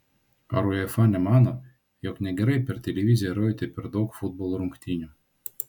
ar uefa nemano jog negerai per televiziją rodyti per daug futbolo rungtynių